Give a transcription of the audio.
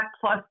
plus